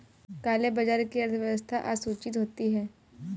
काले बाजार की अर्थव्यवस्था असूचित होती है